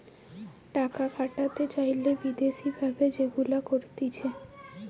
টাকা খাটাতে চাইলে বিদেশি ভাবে যেগুলা করতিছে